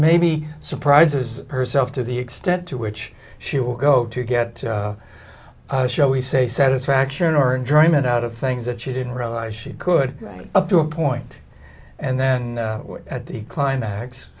maybe surprises herself to the extent to which she will go to get shall we say satisfaction or enjoyment out of things that she didn't realize she could up to a point and then at the climax